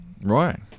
Right